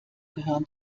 gehören